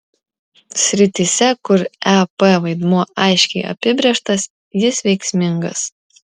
srityse kur ep vaidmuo aiškiai apibrėžtas jis veiksmingas